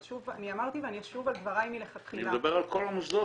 אני אמרתי ואני אשוב על דבריי מלכתחילה --- אני מדבר על כל המוסדות,